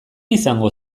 izango